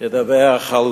ידווח על